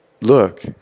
look